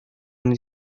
ini